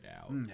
out